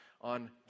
on